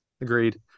Agreed